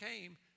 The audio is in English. came